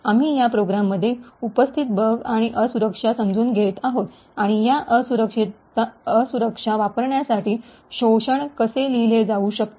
आम्ही या प्रोग्राममध्ये उपस्थित बग आणि असुरक्षा समजून घेत आहोत आणि या असुरक्षा वापरण्यासाठी शोषण कसे लिहिले जाऊ शकते